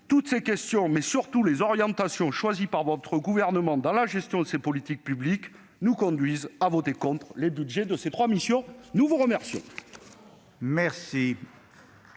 Toutes ces questions, mais surtout les orientations choisies par le Gouvernement dans la gestion de ses politiques publiques, nous conduisent à voter contre les budgets de ces trois missions. La parole est